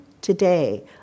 today